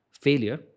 failure